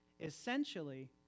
Essentially